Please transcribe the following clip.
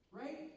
right